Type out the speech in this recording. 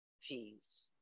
fees